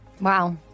Wow